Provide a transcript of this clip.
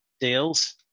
deals